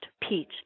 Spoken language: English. peach